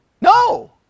No